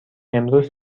امروز